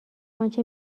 آنچه